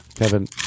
Kevin